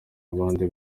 abandi